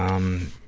um,